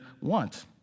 want